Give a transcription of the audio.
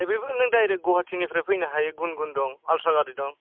बेबो नों गुवाहाटिनिफ्राय दायरेक्त फैनो हायो गुनगुन दं आलट्रा गारि दं